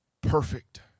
perfect